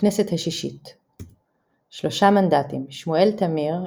הכנסת השישית 3 מנדטים שמואל תמיר,